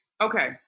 okay